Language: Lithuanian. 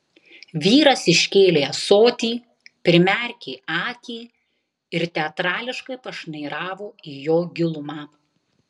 vyras iškėlė ąsotį primerkė akį ir teatrališkai pašnairavo į jo gilumą